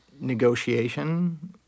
negotiation